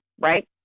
right